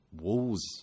walls